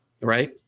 right